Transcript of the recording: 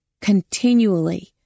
continually